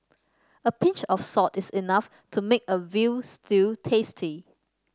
a pinch of salt is enough to make a veal stew tasty